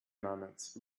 moments